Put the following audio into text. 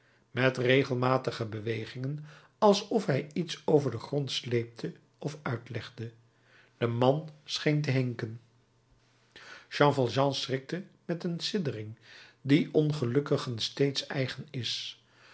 met regelmatige bewegingen alsof hij iets over den grond sleepte of uitlegde de man scheen te hinken jean valjean schrikte met eene siddering die ongelukkigen steeds eigen is